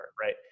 right